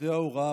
עובדי ההוראה.